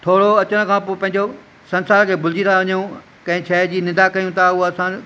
थोरो अचण खां पोइ पंहिंजो संसार खे भुलिजी था वञूं कंहिं शइ जी निंदा कयूं था हूअ असां